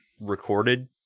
recorded